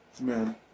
Man